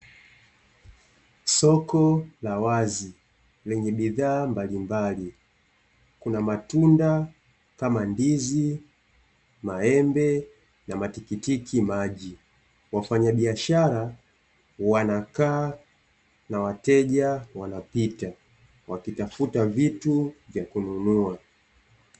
Soko la wazi lenye bidhaa mbalimbali kuna matunda kama ndizi, maembe na matikiti maji, wafanyabishara wanakaa na wateja wanapita wakitafuta vitu vya kununua.